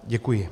Děkuji.